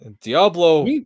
Diablo